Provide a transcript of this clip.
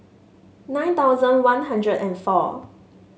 nine thousand One Hundred and four